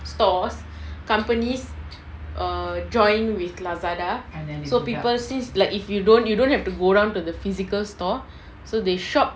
stores companies err join with lazada so people since like if you don't you don't have to go down to the physical store so they shop